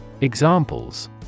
Examples